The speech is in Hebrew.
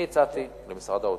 אני הצעתי למשרד האוצר: